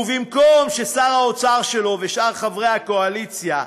ובמקום ששר האוצר שלו ושאר חברי הקואליציה,